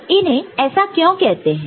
तो इन्हें ऐसे क्यों कहते हैं